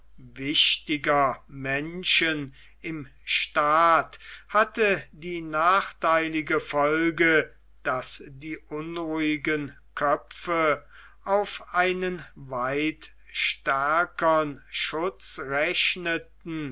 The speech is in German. wichtigen menschen im staate hatte die nachteilige folge daß die unruhigen köpfe auf einen weit stärkern schutz rechneten